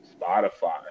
Spotify